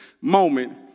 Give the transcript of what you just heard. moment